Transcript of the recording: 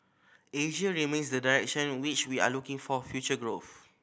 Asia remains the direction which we are looking for future growth